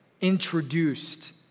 introduced